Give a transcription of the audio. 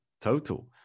total